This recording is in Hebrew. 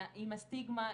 עם הסטיגמה,